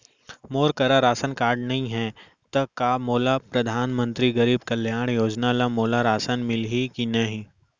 मोर करा ration card नहीं है त का मोल परधानमंतरी गरीब कल्याण योजना ल मोला राशन मिलही कि नहीं?